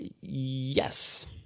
yes